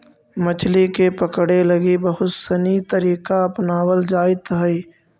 मछली के पकड़े लगी बहुत सनी तरीका अपनावल जाइत हइ